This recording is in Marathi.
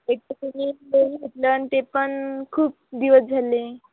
एकतर तुम्ही घेतलं ते पण खूप दिवस झाले